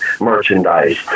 merchandise